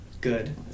good